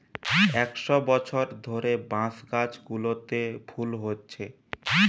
একশ বছর ধরে বাঁশ গাছগুলোতে ফুল হচ্ছে